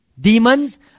demons